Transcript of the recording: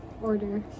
Order